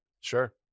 Sure